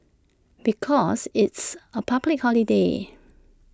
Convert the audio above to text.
because it's A public holiday